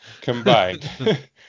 combined